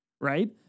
Right